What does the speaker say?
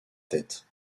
tête